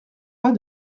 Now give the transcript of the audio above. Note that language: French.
pas